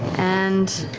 and